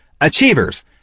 Achievers